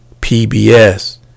PBS